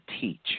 teach